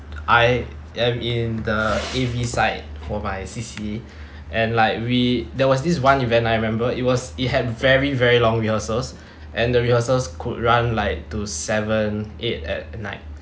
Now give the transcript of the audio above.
I am in the A_V side for my C_C_A and like we there was this one event I remembered it was it had very very long rehearsals and the rehearsals could run like to seven eight at night